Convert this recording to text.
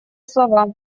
слова